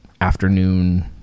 afternoon